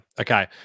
Okay